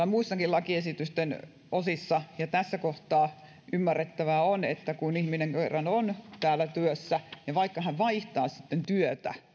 muissakin lakiesitysten osissa ja tässä kohtaa ymmärrettävää on että kun ihminen kerran on täällä työssä ja vaikka hän vaihtaa sitten työtä